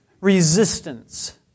resistance